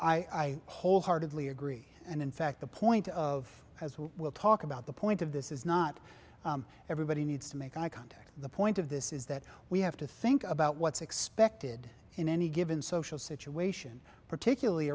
and i wholeheartedly agree and in fact the point of we'll talk about the point of this is not everybody needs to make eye contact the point of this is that we have to think about what's expected in any given social situation particularly